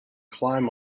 climb